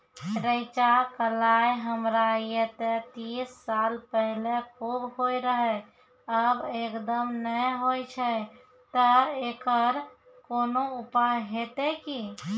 रेचा, कलाय हमरा येते तीस साल पहले खूब होय रहें, अब एकदम नैय होय छैय तऽ एकरऽ कोनो उपाय हेते कि?